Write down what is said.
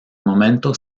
momento